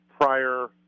prior